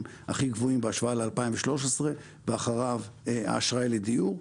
הכי גבוהים בהשוואה ל-2013 ואחריו האשראי לדיור.